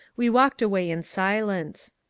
we walked away in silence.